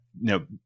no